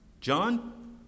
John